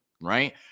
right